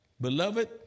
Beloved